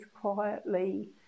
quietly